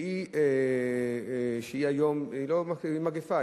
שהיא מגפה,